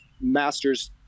masters